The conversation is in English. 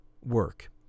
work